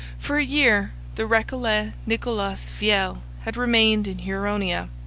for a year the recollet nicolas viel had remained in huronia.